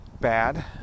bad